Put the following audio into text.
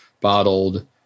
bottled